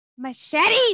Machete